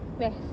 west